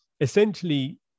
essentially